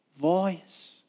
voice